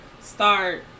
start